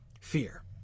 Fear